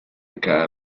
cada